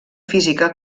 física